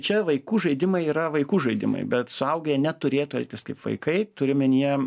čia vaikų žaidimai yra vaikų žaidimai bet suaugę jie neturėtų elgtis kaip vaikai turiu omenyje